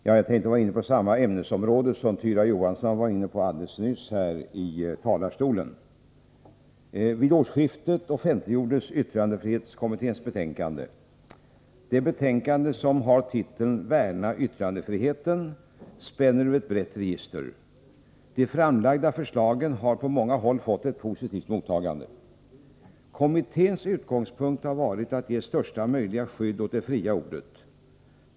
Herr talman! Jag skall ta upp samma ämnesområde som Tyra Johansson var inne på här i talarstolen alldeles nyss. Vid årsskiftet offentliggjordes yttrandefrihetskommitténs betänkande. Detta betänkande, som har titeln Värna yttrandefriheten, spänner över ett brett register. De framlagda förslagen har på många håll fått ett positivt mottagande. Kommitténs utgångspunkt har varit att ge största möjliga skydd åt det fria ordet.